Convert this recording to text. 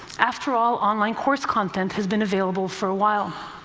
after all, online course content has been available for a while.